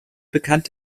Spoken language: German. bekannt